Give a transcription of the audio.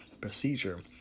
procedure